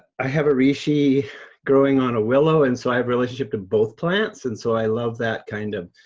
i have a reishi growing on a willow and so i have relationship to both plants. and so i love that kind of